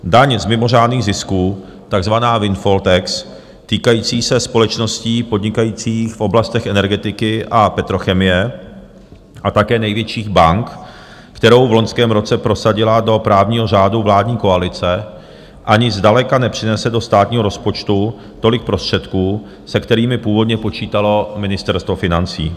Daň z mimořádných zisků, takzvaná windfall tax, týkající se společností podnikajících v oblastech energetiky a petrochemie a také největších bank, kterou v loňském roce prosadila do právního řádu vládní koalice, ani zdaleka nepřinese do státního rozpočtu tolik prostředků, se kterými původně počítalo Ministerstvo financí.